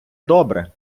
добре